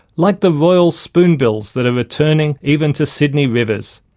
like the royal spoonbills that are returning even to sydney rivers.